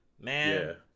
man